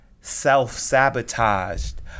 self-sabotaged